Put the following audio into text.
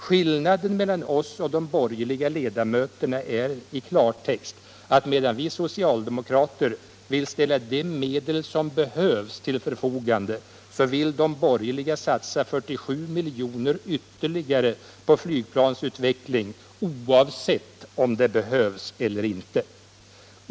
Skillnaden mellan oss och de borgerliga ledamöterna är i klartext att medan vi socialdemokrater vill ställa de medel som behövs till förfogande, vill de borgerliga satsa 47 miljoner ytterligare på flygplansutveckling — oavsett om det behövs eller inte.